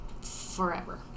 forever